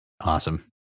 Awesome